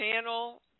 channel